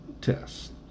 test